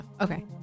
Okay